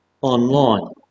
online